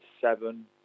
seven